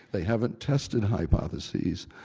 they haven't tested hypotheses,